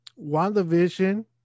WandaVision